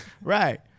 Right